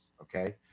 okay